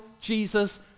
Jesus